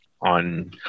on